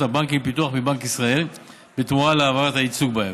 הבנקים לפיתוח מבנק ישראל בתמורה להעברת הייצוג בהם.